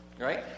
Right